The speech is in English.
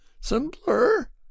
simpler